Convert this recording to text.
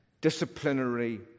disciplinary